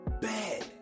bad